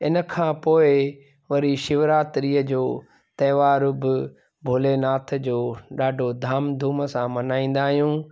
इनखां पोइ वरी शिवरात्रीअ जो त्योहार बि भोलेनाथ जो ॾाढो धाम धूम सां मल्हाईंदा आहियूं